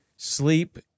sleep